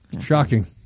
Shocking